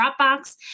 Dropbox